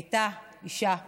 הייתה אישה כושית,